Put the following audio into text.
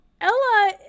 Ella